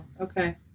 Okay